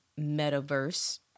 metaverse